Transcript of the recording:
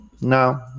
No